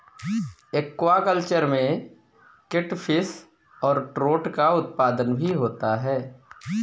aquaculture में catfish और trout का उत्पादन भी होता है